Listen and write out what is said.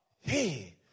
hey